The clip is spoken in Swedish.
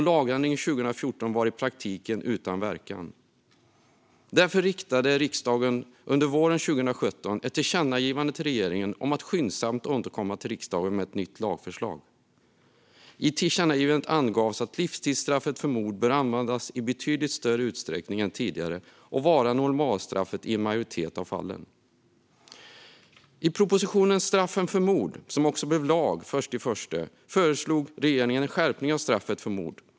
Lagändringen 2014 var i praktiken utan verkan. Därför riktade riksdagen under våren 2017 ett tillkännagivande till regeringen om att skyndsamt återkomma till riksdagen med ett nytt lagförslag. I tillkännagivandet angavs att livstidsstraffet för mord bör användas i betydligt större utsträckning än tidigare och vara normalstraffet i en majoritet av fallen. I propositionen Straffet för mord , som också blev lag den 1 januari i år, föreslog regeringen en skärpning av straffet för mord.